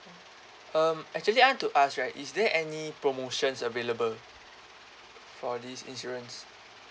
um actually I want to ask right is there any promotions available for this insurance